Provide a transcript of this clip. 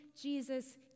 Jesus